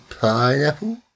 pineapple